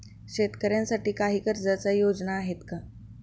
शेतकऱ्यांसाठी काही कर्जाच्या योजना आहेत का?